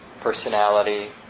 personality